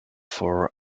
for